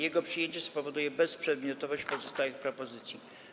Jego przyjęcie spowoduje bezprzedmiotowość pozostałych propozycji.